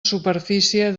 superfície